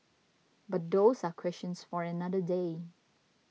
but those are questions for another day